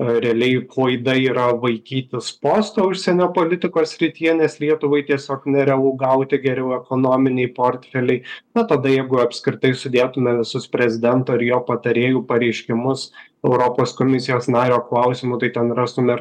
realiai klaida yra vaikytis posto užsienio politikos srityje nes lietuvai tiesiog nerealu gauti geriau ekonominiai portfeliai na tada jeigu apskritai sudėtume visus prezidento ir jo patarėjų pareiškimus europos komisijos nario klausimu tai ten rastume ir